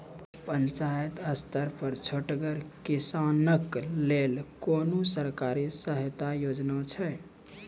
पंचायत स्तर पर छोटगर किसानक लेल कुनू सरकारी सहायता योजना छै?